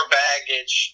baggage